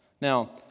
Now